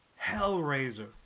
Hellraiser